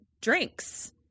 drinks